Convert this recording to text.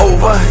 Over